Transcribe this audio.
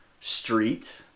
street